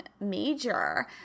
major